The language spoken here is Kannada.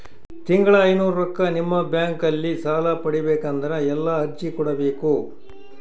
ತಿಂಗಳ ಐನೂರು ರೊಕ್ಕ ನಿಮ್ಮ ಬ್ಯಾಂಕ್ ಅಲ್ಲಿ ಸಾಲ ಪಡಿಬೇಕಂದರ ಎಲ್ಲ ಅರ್ಜಿ ಕೊಡಬೇಕು?